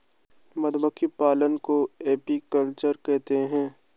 मधुमक्खी पालन को एपीकल्चर कहते है